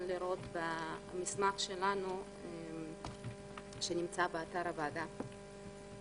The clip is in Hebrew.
לראות במסמך שלנו שנמצא באתר הוועדה.